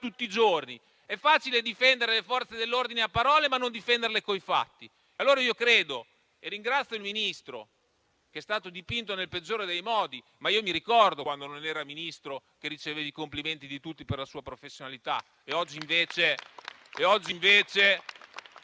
tutti i giorni. È facile difendere le Forze dell'ordine a parole, ma non coi fatti. Ringrazio il Ministro, che è stato dipinto nel peggiore dei modi, ma io mi ricordo quando non era Ministro e riceveva i complimenti di tutti per la sua professionalità.